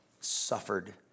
suffered